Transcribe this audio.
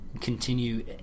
continue